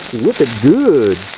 whip it good!